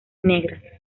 negras